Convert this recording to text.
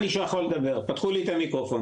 אני אומר לך משהו,